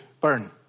burn